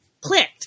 clicked